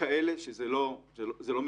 כאלה שזה לא מתכנס.